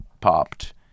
popped